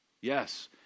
Yes